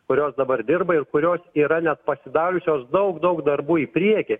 kurios dabar dirba ir kurios yra net pasidariusios daug daug darbų į priekį